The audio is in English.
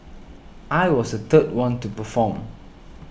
I was the third one to perform